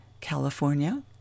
California